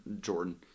Jordan